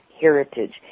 heritage